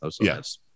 Yes